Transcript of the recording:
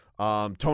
Tony